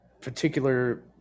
particular